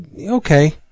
okay